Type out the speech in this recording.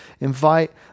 invite